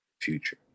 future